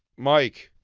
mike?